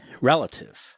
relative